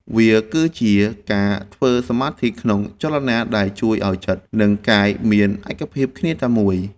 វាគឺជាការធ្វើសមាធិក្នុងចលនា ដែលជួយឱ្យចិត្ត និងកាយមានឯកភាពគ្នាតែមួយ។